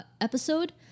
episode